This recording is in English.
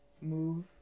move